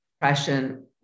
depression